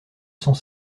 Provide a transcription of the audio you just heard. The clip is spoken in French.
cent